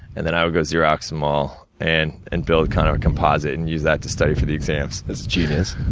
and then i would go xerox them all. and and, build kind of a composite, and use that to study for the exams. that's genius.